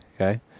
okay